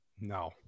No